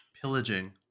pillaging